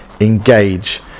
engage